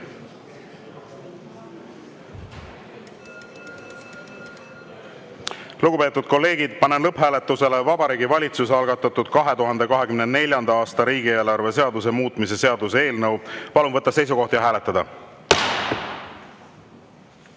Lugupeetud kolleegid, panen lõpphääletusele Vabariigi Valitsuse algatatud 2024. aasta riigieelarve seaduse muutmise seaduse eelnõu. Palun võtta seisukoht ja hääletada!